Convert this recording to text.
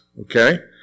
Okay